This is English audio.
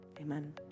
Amen